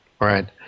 Right